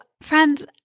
friends